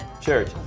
Church